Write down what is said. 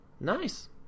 Nice